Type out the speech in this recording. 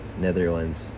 Netherlands